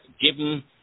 given